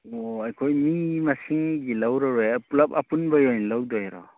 ꯑꯣ ꯑꯩꯈꯣꯏ ꯃꯤ ꯃꯁꯤꯡꯒꯤ ꯂꯧꯔꯔꯣꯏ ꯄꯨꯂꯞ ꯑꯄꯨꯟꯕꯒꯤ ꯑꯣꯏꯅ ꯂꯧꯗꯣꯏꯔꯣ